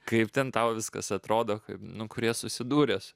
kaip ten tau viskas atrodo kad kurie susidūręs